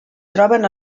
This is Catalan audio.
troben